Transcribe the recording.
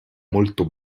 molto